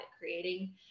creating